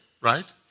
right